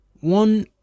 one